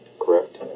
correct